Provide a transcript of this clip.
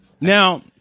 Now